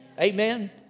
Amen